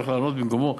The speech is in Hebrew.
הולך לענות במקומו,